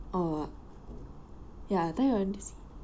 oh ya thai odyssey